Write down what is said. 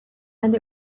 and